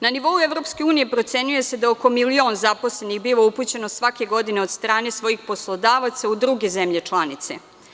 Na nivou EU procenjuje se da je oko milion zaposlenih bilo upućeno svake godine od strane svojih poslodavaca u druge zemlje članice.